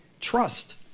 Trust